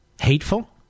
hateful